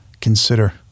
consider